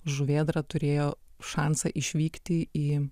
žuvėdra turėjo šansą išvykti į